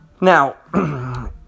Now